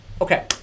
okay